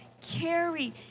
carry